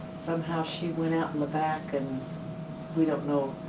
somehow she went out in the back and we don't know